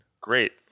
Great